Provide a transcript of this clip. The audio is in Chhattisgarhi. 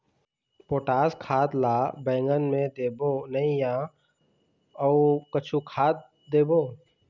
पोटास खाद ला बैंगन मे देबो नई या अऊ कुछू खाद देबो?